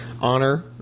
Honor